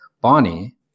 Bonnie